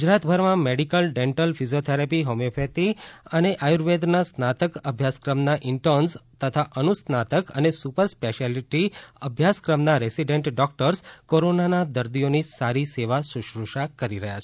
ગુજરાતભરમાં medical dental physiotherapy homeopathy અને આયુર્વેદના સ્નાતક અભ્યાસક્રમના ઇન્ટર્ન્સ તથા અનુસ્નાતક અને સુપર સ્પેશિયાલિટી અભ્યાસક્રમના રેસિડેન્ટ ડૉક્ટર્સ કોરોનાના દર્દીઓની સારી સેવા સુશ્રુષા કરી રહ્યા છે